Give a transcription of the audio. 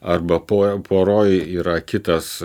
arba po poroje yra kitas